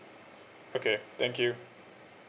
okay thank you